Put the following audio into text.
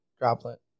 droplet